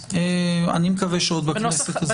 אני מקווה שעוד בכנסת הזאת.